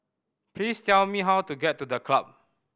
please tell me how to get to The Club